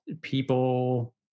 people